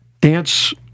dance